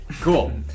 Cool